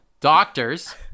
doctors